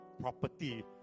property